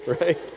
right